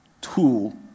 tool